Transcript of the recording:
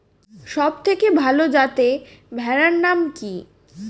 সবথেকে ভালো যাতে ভেড়ার নাম কি?